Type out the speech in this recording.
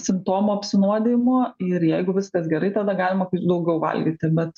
simptomų apsinuodijimo ir jeigu viskas gerai tada galima ir daugiau valgyti bet